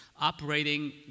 operating